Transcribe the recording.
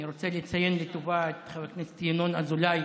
ואני רוצה לציין לטובה את חבר הכנסת ינון אזולאי,